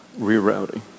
rerouting